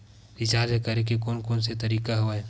Recharge करे के कोन कोन से तरीका हवय?